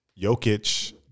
Jokic